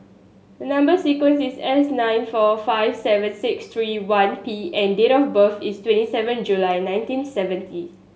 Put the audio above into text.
number sequence is S nine four five seven six three one P and date of birth is twenty seven July nineteen seventy